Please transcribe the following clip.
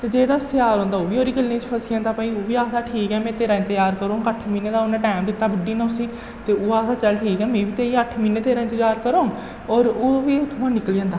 ते जेह्ड़ा सियार होंदा ओह् बी ओह्दी गल्लें च फसी जंदा भाई ओह् बी आखदा ठीक ऐ में तेरा इंतजार करङ अट्ठ म्हीने दा उन्नै टैम दित्ता बुड्डी ने उसी ते ओह् आखदा चल ठीक ऐ में बी ते अट्ठ म्हीने तेरा इंतजार करङ होर ओह् बी उत्थुआं निकली जंदा